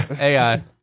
AI